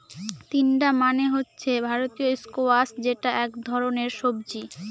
তিনডা মানে হচ্ছে ভারতীয় স্কোয়াশ যেটা এক ধরনের সবজি